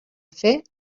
fer